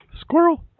Squirrel